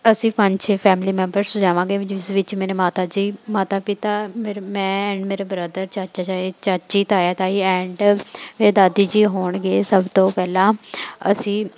ਅਸੀਂ ਪੰਜ ਛੇ ਫੈਮਲੀ ਮੈਂਬਰਸ ਜਾਵਾਂਗੇ ਜਿਸ ਵਿੱਚ ਮੇਰੇ ਮਾਤਾ ਜੀ ਮਾਤਾ ਪਿਤਾ ਮੇਰੇ ਮੈਂ ਮੇਰੇ ਬ੍ਰਦਰ ਚਾਚਾ ਚਾਇ ਚਾਚੀ ਤਾਇਆ ਤਾਈ ਐਂਡ ਮੇਰੇ ਦਾਦੀ ਜੀ ਹੋਣਗੇ ਸਭ ਤੋਂ ਪਹਿਲਾਂ ਅਸੀਂ